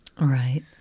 Right